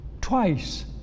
Twice